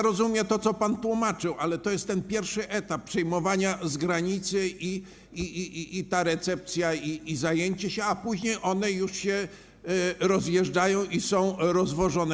Rozumiem to, co pan tłumaczył, ale to jest pierwszy etap przyjmowania z granicy i etap recepcji, i zajęcie się, a później one już się rozjeżdżają i są rozwożone.